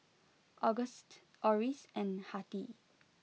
Auguste Oris and Hattie